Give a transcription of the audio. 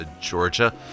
Georgia